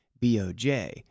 BOJ